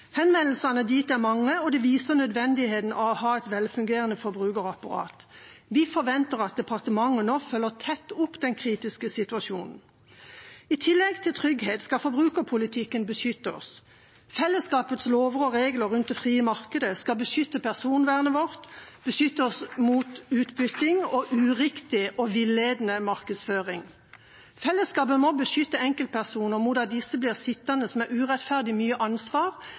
Henvendelsene dit er mange, og det viser nødvendigheten av å ha et velfungerende forbrukerapparat. Vi forventer at departementet nå følger tett opp den kritiske situasjonen. I tillegg til å gi trygghet skal forbrukerpolitikken beskytte oss. Fellesskapets lover og regler rundt det frie markedet skal beskytte personvernet vårt, beskytte oss mot utnytting og uriktig og villedende markedsføring. Fellesskapet må beskytte enkeltpersoner mot at disse blir sittende med urettferdig mye ansvar